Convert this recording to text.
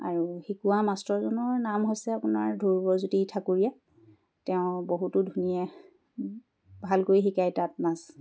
আৰু শিকোৱা মাষ্টৰজনৰ নাম হৈছে আপোনাৰ ধ্ৰৱৰ জ্যোতি ঠাকুৰীয়া তেওঁ বহুতো ধুনীয়া ভালকৈ শিকায় তাত নাচ